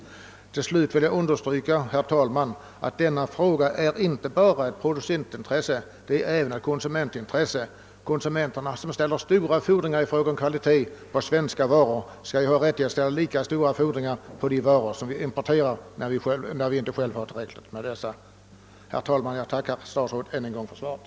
Till slut vill jag understryka, herr talman, att denna fråga inte bara är ett producentintresse utan även ett konsumentintresse. Konsumenterna, som ställer tämligen stora fordringar på kvaliteten på våra svenska varor, bör ha rättighet att ställa lika stora krav på de varor som importeras när vi inte själva har tillräckligt av dessa inom landet. Herr talman! Jag tackar statsrådet ännu en gång för svaret.